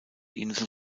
insel